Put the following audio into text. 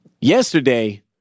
Yesterday